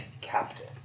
Captain